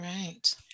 Right